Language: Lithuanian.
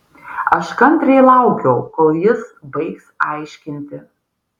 aš kantriai laukiau kol jis baigs aiškinti